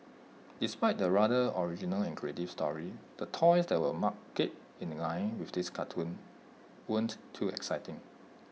despite the rather original and creative story the toys that were marketed in line with this cartoon weren't too exciting